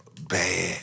Bad